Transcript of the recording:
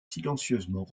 silencieusement